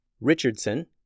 Richardson